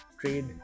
trade